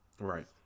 Right